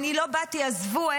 עזבו.